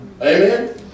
Amen